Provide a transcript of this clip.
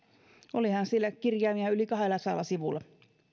olihan siellä kirjaimia yli kahdellasadalla sivulla